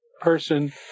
person